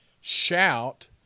shout